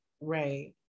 Right